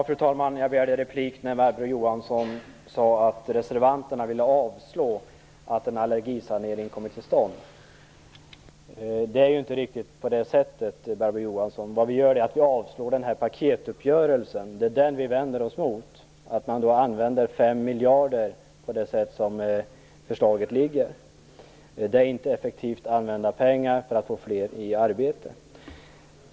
Fru talman! Jag begärde replik när Barbro Johansson sade att reservanterna ville avslå förslaget att en allergisanering skall komma till stånd. Det är ju inte riktigt på det sättet, Barbro Johansson. Vad vi gör är att vi avstyrker paketuppgörelsen. Vi vänder oss mot att man som förslaget nu ligger använder 5 miljarder. Det är inte effektivt använda pengar för att få fler i arbete.